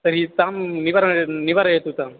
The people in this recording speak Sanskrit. तर्हि तं निवारयतु निवारयतु तं